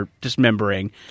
dismembering